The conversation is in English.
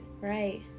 Right